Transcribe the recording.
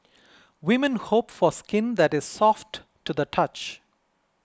women hope for skin that is soft to the touch